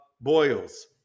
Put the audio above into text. boils